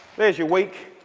there's your week.